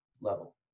level